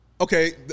Okay